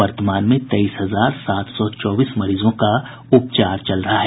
वर्तमान में तेईस हजार सात सौ चौबीस मरीजों का उपचार चल रहा है